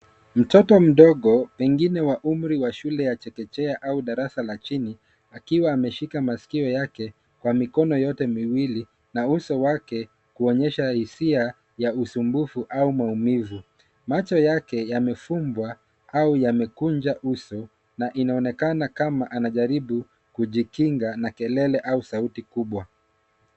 Mtoto mdogo pengine wa umri wa shule ya chekechea au darasa la chini akiwa ameshika masikio yake kwa mikono yote miwili na uso wake kuonyesha hisia ya usumbufu au maumivu. Macho yake yamefumbwa au yamekunja uso na inaonekana kama anajaribu kujikinga na kelele au sauti kubwa.